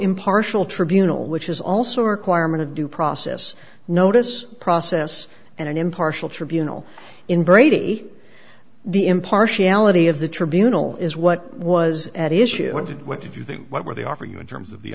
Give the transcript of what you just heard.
impartial tribunal which is also a requirement of due process notice process and an impartial tribunal in brady the impartiality of the tribunal is what was at issue what did you think what were they offer you in terms of the